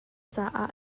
caah